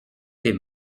tes